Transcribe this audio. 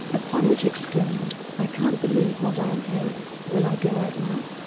upon which exclaimed i can't believe what i am hearing, will i go out now?